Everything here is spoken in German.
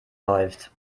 läuft